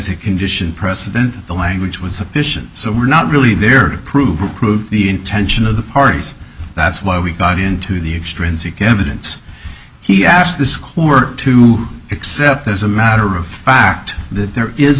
a condition precedent the language was sufficient so we're not really there to prove or prove the intention of the parties that's why we got into the evidence he asked the squirt to accept as a matter of fact that there is